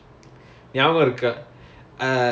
oh is it for your training